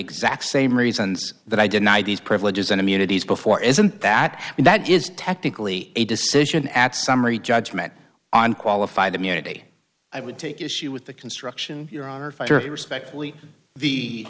exact same reasons that i deny these privileges and immunities before isn't that and that is technically a decision at summary judgment on qualified immunity i would take issue with the construction your honor respectfully